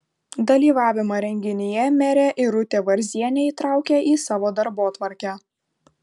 dalyvavimą renginyje merė irutė varzienė įtraukė į savo darbotvarkę